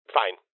fine